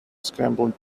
scrambled